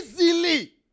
easily